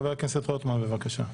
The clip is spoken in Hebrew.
חבר הכנסת רוטמן, בבקשה.